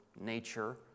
nature